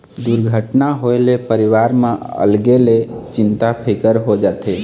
दुरघटना होए ले परिवार म अलगे ले चिंता फिकर हो जाथे